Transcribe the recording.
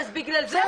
למה?